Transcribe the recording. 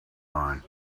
mine